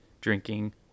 drinking